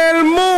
נעלמו.